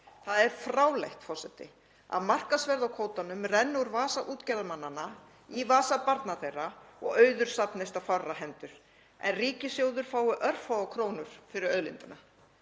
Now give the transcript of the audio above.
Það er fráleitt, forseti, að markaðsverð á kvótanum renni úr vasa útgerðarmannanna í vasa barna þeirra og auður safnist á fárra hendur en ríkissjóður fái örfáar krónur fyrir auðlindina.